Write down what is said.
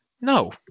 No